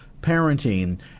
parenting